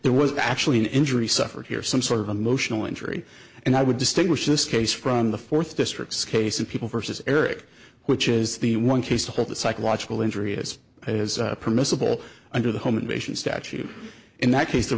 there was actually an injury suffered here some sort of emotional injury and i would distinguish this case from the fourth district's case of people versus eric which is the one case with the psychological injury as it is permissible under the home invasion statute in that case there